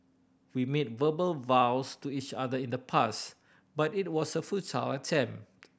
we made verbal vows to each other in the past but it was a futile attempt